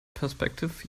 perspective